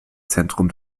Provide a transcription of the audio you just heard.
zentrum